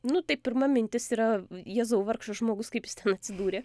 nu tai pirma mintis yra jezau vargšas žmogus kaip jis ten atsidūrė